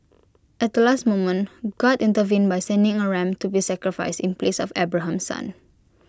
at the last moment God intervened by sending A ram to be sacrificed in place of Abraham's son